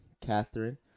Catherine